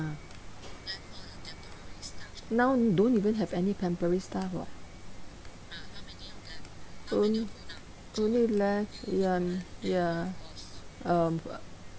now don't even have any temporary staff [what] on~ only left yan~ ya um